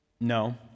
No